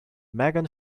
megan